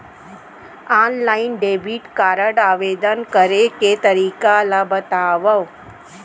Online debit card आवेदन करे के तरीका ल बतावव?